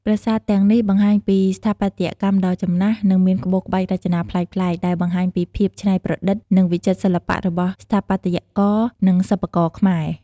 ប្រាសាទទាំងនេះបង្ហាញពីស្ថាបត្យកម្មដ៏ចំណាស់ និងមានក្បូរក្បាច់រចនាប្លែកៗ ដែលបង្ហាញពីភាពច្នៃប្រឌិត និងវិចិត្រសិល្បៈរបស់ស្ថាបត្យករ និងសិប្បករខ្មែរ។